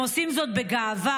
הם עושים זאת בגאווה,